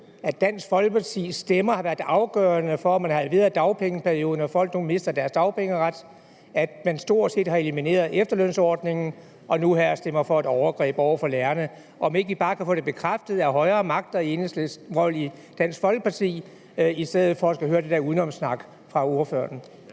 at Dansk Folkepartis stemmer har været afgørende for, at man halverede dagpengeperioden og folk nu mister deres dagpengeret, og at man stort set har elimineret efterlønsordningen og nu her stemmer for et overgreb over for lærerne. Kan vi ikke bare få det bekræftet af højere magter i Dansk Folkeparti i stedet for at skulle høre på det der udenomssnak fra ordføreren?